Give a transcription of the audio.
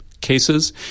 cases